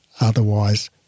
Otherwise